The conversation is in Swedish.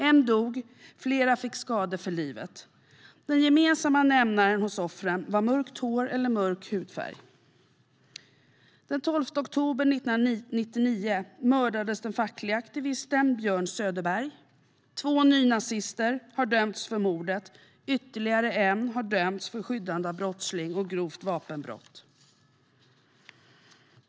En dog och flera fick skador för livet. Den gemensamma nämnaren hos offren var mörkt hår eller mörk hudfärg. Den 12 oktober 1999 mördades den fackliga aktivisten Björn Söderberg. Två nynazister har dömts för mordet. Ytterligare en har dömts för skyddande av brottsling och grovt vapenbrott.